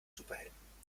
superhelden